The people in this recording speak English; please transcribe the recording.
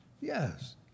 Yes